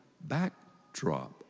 backdrop